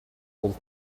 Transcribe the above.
old